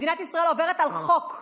מדינת ישראל עוברת על חוק.